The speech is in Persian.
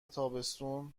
تابستون